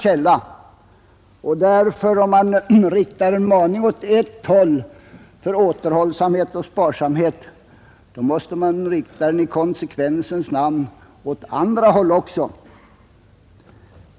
Riktar man en maning åt ett håll om återhållsamhet och sparsamhet måste man därför i konsekvensens namn också rikta den åt andra håll.